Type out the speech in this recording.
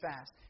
fast